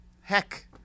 heck